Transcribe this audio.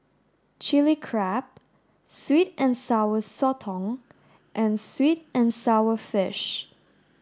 chili crab sweet and sour sotong and sweet and sour fish